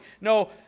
No